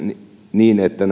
niin että